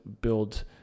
build